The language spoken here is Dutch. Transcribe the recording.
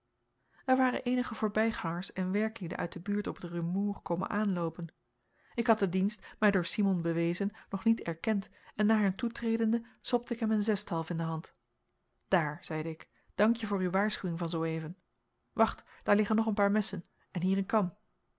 er waren eenige voorbijgangers en werklieden uit de buurt op het rumoer komen aanloopen ik had de dienst mij door simon bewezen nog niet erkend en naar hem toetredende stopte ik hem een zesthalf in de hand daar zeide ik dankje voor uw waarschuwing van zoo even wacht daar liggen nog een paar messen en hier een